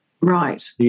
Right